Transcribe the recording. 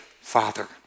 Father